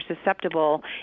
susceptible